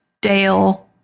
Dale